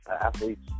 athletes